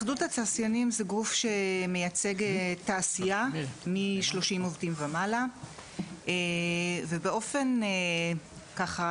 התאחדות התעשיינים זה גוף שמייצג תעשייה מ-30 עובדים ומעלה ובאופן ככה,